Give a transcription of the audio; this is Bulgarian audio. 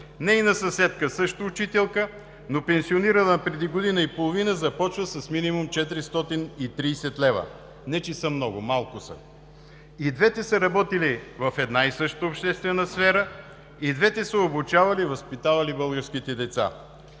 Нейна съседка също учителка, но пенсионирана преди година и половина, започва с минимум 430 лв. Не че са много, малко са. И двете са работили в една и съща обществена сфера, и двете са обучавали и възпитавали българските деца.